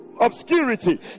Obscurity